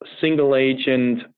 single-agent